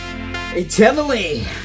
Eternally